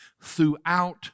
throughout